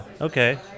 Okay